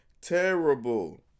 Terrible